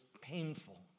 painful